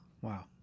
Wow